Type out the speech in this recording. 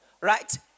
right